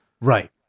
right